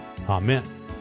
Amen